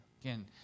Again